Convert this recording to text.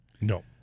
No